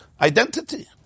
identity